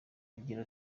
agira